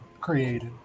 created